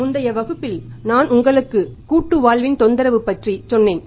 முந்தைய வகுப்பில் நான் உங்களுக்கு கூட்டுவாழ்வின் தொந்தரவு பற்றி சொன்னேன்